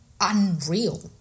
unreal